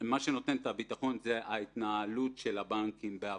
מה שנותן את הביטחון זה ההתנהלות של הבנקים בעבר,